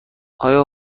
آیا